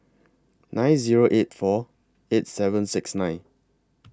nine Zero eight four eight seven six nine